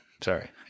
sorry